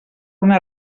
una